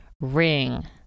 Ring